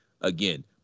Again